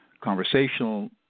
conversational